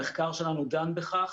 המחקר שלנו דן בכך